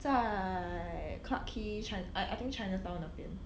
在 clarke quay chi~ I I think chinatown 那边